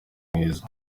mwiza